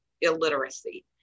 illiteracy